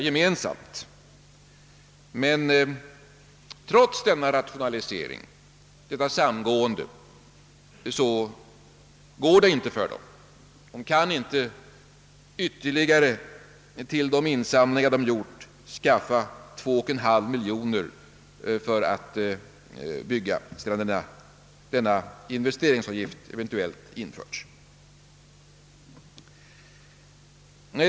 Men trots detta samgående och denna rationalisering går inte detta kyrkobygge att genomföra. Man kan inte till de insamlingar man tidigare gjort skaffa ytterligare 2,5 miljoner som behövs, om denna investeringsavgift införes.